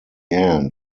end